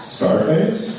Starface